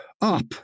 Up